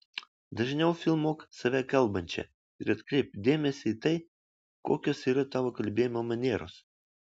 dažniau filmuok save kalbančią ir atkreipk dėmesį į tai kokios yra tavo kalbėjimo manieros